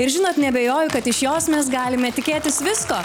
ir žinot neabejoju kad iš jos mes galime tikėtis visko